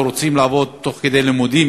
או רוצים לעבוד תוך כדי לימודים,